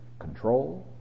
Control